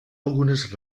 algunes